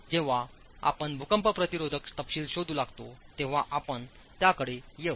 जेव्हा आपण भूकंप प्रतिरोधक तपशील शोधू लागतो तेव्हा आपण त्याकडे येऊ